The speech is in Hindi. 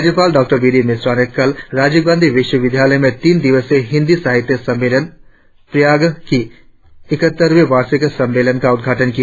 राज्यपाल डॉ बी डी मिश्रा ने कल राजीव गांधी विश्वविद्यालय में तीन दिवसीय हिंदी साहित्य सम्मेलन प्रयाज्ञ की इकहत्तरवें वार्षिक सम्मेलन का उद्घाटन किया